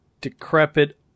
decrepit